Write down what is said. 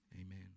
Amen